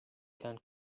can